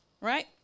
right